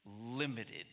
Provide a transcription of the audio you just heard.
limited